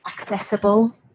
accessible